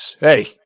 Hey